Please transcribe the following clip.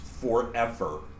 forever